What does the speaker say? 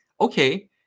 Okay